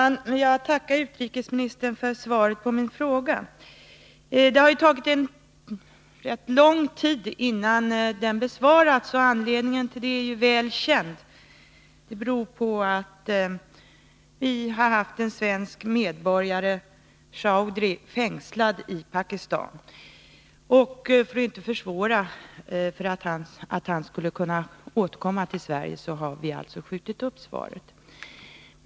Herr talman! Jag tackar utrikesministern för svaret på min fråga. Det har ju tagit rätt lång tid innan den besvarats. Anledningen till det är väl känd — det beror på att en svensk medborgare, Din Chaudry, har varit fängslad i Pakistan, och för att inte försvåra hans möjligheter att återkomma till Sverige har vi skjutit upp svaret.